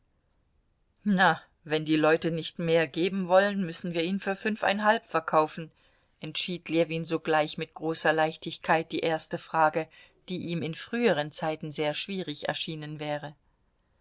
na wenn die leute nicht mehr geben wollen müssen wir ihn für fünfeinhalb verkaufen entschied ljewin sogleich mit großer leichtigkeit die erste frage die ihm in früheren zeiten sehr schwierig erschienen wäre